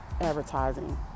advertising